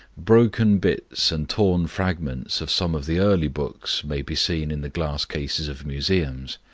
broken bits and torn fragments of some of the early books may be seen in the glass cases of museums.